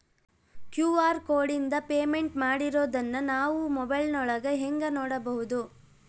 QR ಕೋಡಿಂದ payment ಮಾಡಿರೋದನ್ನ ನಾವು ಮೊಬೈಲಿನೊಳಗ ಹೆಂಗ ನೋಡಬಹುದು?